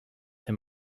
him